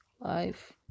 Life